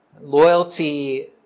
Loyalty